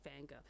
fangirl